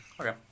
Okay